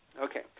Okay